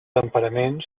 temperament